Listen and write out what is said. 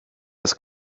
das